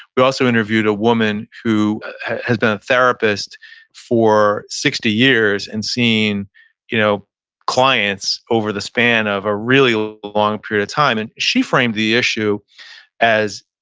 we also interviewed a woman who has been a therapist for sixty years and seeing you know clients over the span of a really long period of time. and she framed the issue as